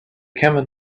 camel